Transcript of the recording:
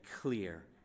clear